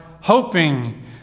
hoping